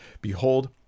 Behold